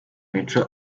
mico